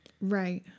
Right